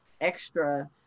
extra